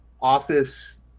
office